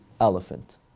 elephant